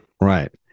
Right